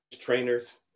trainers